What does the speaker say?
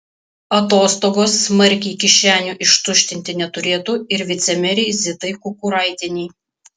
atostogos smarkiai kišenių ištuštinti neturėtų ir vicemerei zitai kukuraitienei